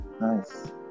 Nice